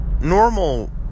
normal